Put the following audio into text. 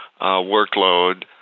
workload